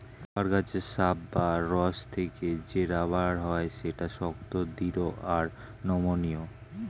rubber গাছের sap বা রস থেকে যে রাবার হয় সেটা শক্ত, দৃঢ় আর নমনীয়